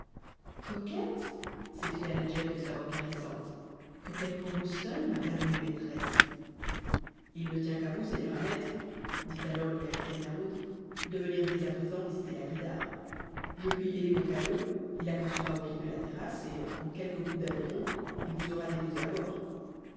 coquette s'écria nedjeb de sa voix caressante coquette pour vous seule ma bien-aimée maîtresse il ne tient qu'à vous seigneur ahmet dit alors le capitaine yarhud de venir dès à présent visiter la guïdare je puis héler mon canot il accostera au pied de la terrasse et en quelques coups d'avirons il vous aura déposé à bord